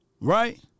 right